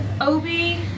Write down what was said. Obi